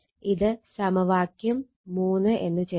ഇത് സമവാക്യം എന്ന് ചേർക്കാം